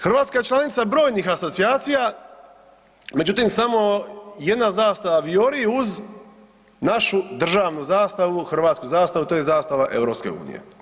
Hrvatska je članica brojnih asocijacija međutim samo jedna zastava vijori uz našu državnu zastavu, hrvatsku zastavu i to je zastava EU.